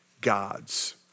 gods